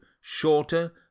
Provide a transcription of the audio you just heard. shorter